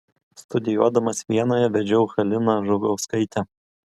studijuodamas vienoje vedžiau haliną žukauskaitę